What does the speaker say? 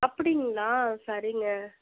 அப்படிங்களா சரிங்க